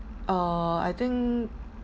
uh I think